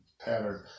pattern